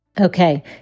Okay